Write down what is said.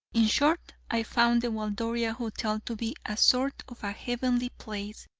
in short, i found the waldoria hotel to be a sort of a heavenly place,